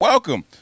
Welcome